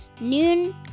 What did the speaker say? Noon